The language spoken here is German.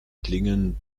klingen